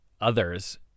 others